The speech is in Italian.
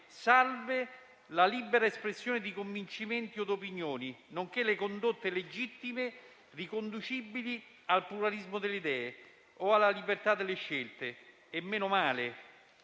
salve la libera espressione di convincimento od opinioni nonché le condotte legittime riconducibili al pluralismo delle idee o alla libertà delle scelte. E meno male.